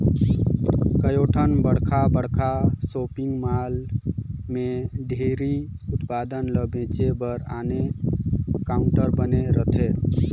कयोठन बड़खा बड़खा सॉपिंग मॉल में डेयरी उत्पाद ल बेचे बर आने काउंटर बने रहथे